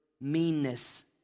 meanness